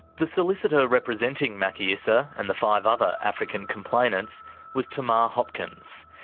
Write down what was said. the solicitor representing maki issa and the five other african complainants was tamar hopkins.